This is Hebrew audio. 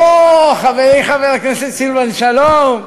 או, חברי חבר הכנסת סילבן שלום,